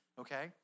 okay